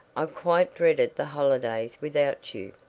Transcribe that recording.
i quite dreaded the holidays without you.